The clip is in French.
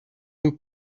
nous